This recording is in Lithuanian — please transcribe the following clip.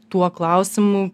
tuo klausimu